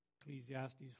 Ecclesiastes